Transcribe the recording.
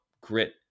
grit